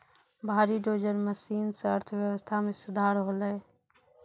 भारी dozer machine सें अर्थव्यवस्था मे सुधार होलय